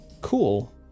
Cool